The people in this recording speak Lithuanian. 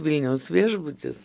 vilniaus viešbutis